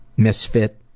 misfit,